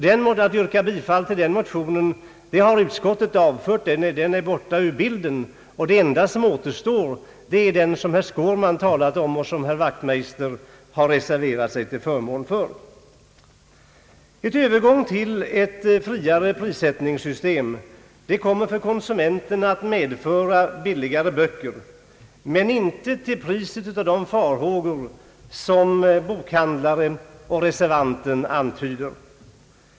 De enda motioner som återstår är de som herr Skårman har talat för och som herr Wachtmeister reserverat sig till förmån för. En övergång till ett friare prissättningssystem komer för konsumenterna att medföra biligare böcker men inte till priset av de farhågor som bokhandlare och reservant antyder.